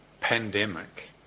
pandemic